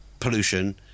pollution